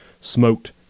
smoked